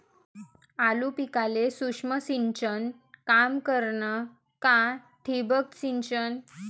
आलू पिकाले सूक्ष्म सिंचन काम करन का ठिबक सिंचन?